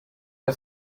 iyo